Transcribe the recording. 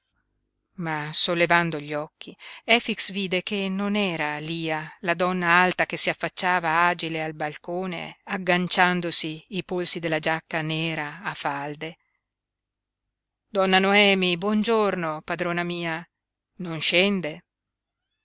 ma sollevando gli occhi efix vide che non era lia la donna alta che si affacciava agile al balcone agganciandosi i polsi della giacca nera a falde donna noemi buon giorno padrona mia non scende